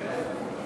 נא לשבת, אדוני.